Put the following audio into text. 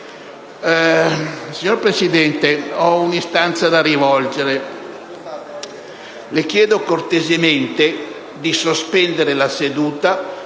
Signor Presidente, ho un'istanza da rivolgere. Le chiedo cortesemente di sospendere la seduta